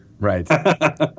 Right